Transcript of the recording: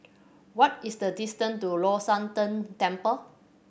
what is the distance to Long Shan Tang Temple